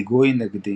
היגוי נגדי